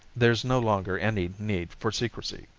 there's no longer any need for secrecy.